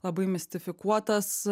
labai mistifikuotas